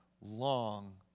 long